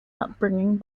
upbringing